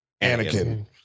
Anakin